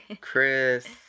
Chris